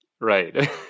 Right